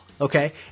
okay